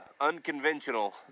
unconventional